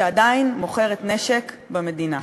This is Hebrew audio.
שעדיין מוכרת נשק למדינה.